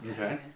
Okay